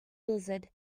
blizzard